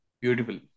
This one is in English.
beautiful